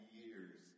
years